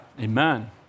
Amen